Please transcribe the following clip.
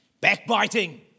Backbiting